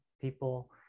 people